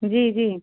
जी जी